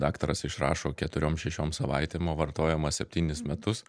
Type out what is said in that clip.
daktaras išrašo keturiom šešiom savaitėm o vartojama septynis metus